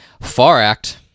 Faract